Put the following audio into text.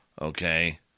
okay